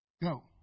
Go